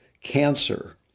cancer